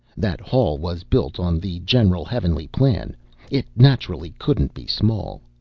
that hall was built on the general heavenly plan it naturally couldn't be small.